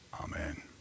Amen